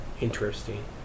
Interesting